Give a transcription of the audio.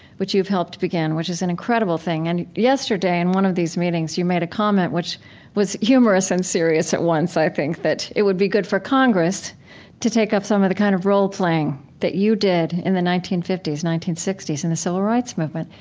which you've helped begin, which is an incredible thing and yesterday, in one of these meetings, you made a comment which was humorous and serious at once, i think, that it would be good for congress to take up some of the kind of role-playing that you did in the nineteen fifty s, nineteen sixty s in the civil rights movement.